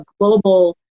global